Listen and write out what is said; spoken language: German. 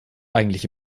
eigentliche